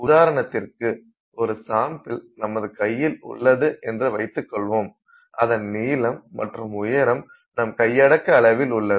உதாரணத்திற்கு ஒரு சாம்பிள் நமது கையில் உள்ளது என்று வைத்துக் கொள்வோம் அதன் நீளம் மற்றும் உயரம் நம் கையடக்க அளவில் உள்ளது